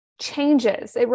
changes